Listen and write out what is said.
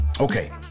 Okay